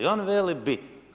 On veli bi.